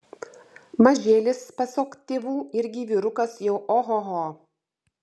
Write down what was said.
mažėlis pasak tėvų irgi vyrukas jau ohoho